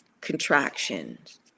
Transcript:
contractions